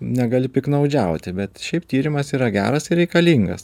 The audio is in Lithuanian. negali piktnaudžiauti bet šiaip tyrimas yra geras ir reikalingas